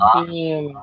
team